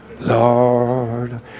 Lord